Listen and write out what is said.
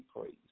praise